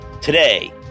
Today